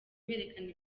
berekana